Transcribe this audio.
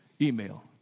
email